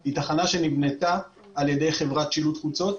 היא תחנה שנבנתה על ידי חברת שילוט חוצות,